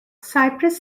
cyprus